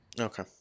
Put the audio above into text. Okay